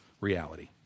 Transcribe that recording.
reality